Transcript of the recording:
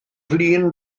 flin